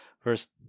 first